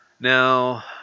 Now